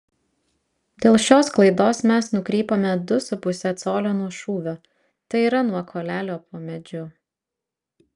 dėl šios klaidos mes nukrypome du su puse colio nuo šūvio tai yra nuo kuolelio po medžiu